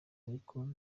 ariko